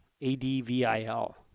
A-D-V-I-L